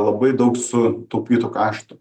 labai daug sutaupytų kaštų